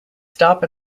stop